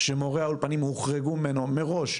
שמורי האולפנים הוחרגו ממנו מראש,